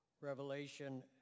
Revelation